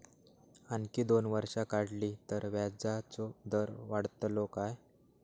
आणखी दोन वर्षा वाढली तर व्याजाचो दर वाढतलो काय?